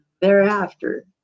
thereafter